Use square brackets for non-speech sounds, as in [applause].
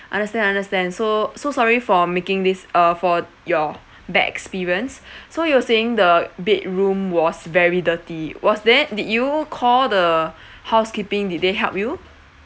understand understand so so sorry for making these uh for your bad experience [breath] so you were saying the bedroom was very dirty was there did you call the [breath] housekeeping did they help you